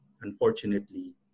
unfortunately